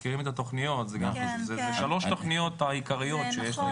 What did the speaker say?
אלה 3 תוכניות עיקריות שיש.